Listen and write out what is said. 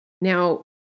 Now